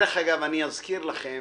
דרך אגב, אזכיר לכם